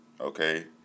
okay